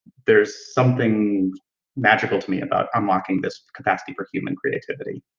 there's something magical to me about unlocking this capacity for human creativity.